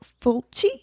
Fulci